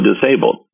disabled